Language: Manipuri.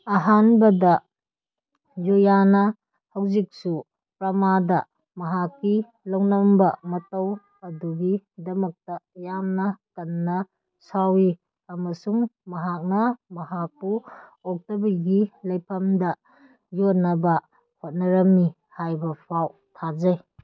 ꯑꯍꯥꯟꯕꯗ ꯌꯨꯌꯥꯅ ꯍꯧꯖꯤꯛꯁꯨ ꯄ꯭ꯔꯃꯥꯗ ꯃꯍꯥꯛꯀꯤ ꯂꯧꯅꯝꯕ ꯃꯇꯧ ꯑꯗꯨꯒꯤꯗꯃꯛꯇ ꯌꯥꯝꯅ ꯀꯟꯅ ꯁꯥꯎꯏ ꯑꯃꯁꯨꯡ ꯃꯍꯥꯛꯅ ꯃꯍꯥꯛꯄꯨ ꯑꯣꯛꯇꯕꯤꯒꯤ ꯂꯩꯐꯝꯗ ꯌꯣꯟꯅꯕ ꯍꯣꯠꯅꯔꯝꯃꯤ ꯍꯥꯏꯕꯐꯥꯎ ꯊꯥꯖꯩ